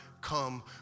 come